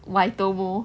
waitomo